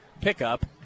pickup